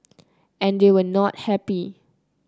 and they were not happy